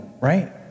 Right